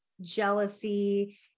jealousy